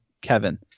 Kevin